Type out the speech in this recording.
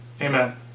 amen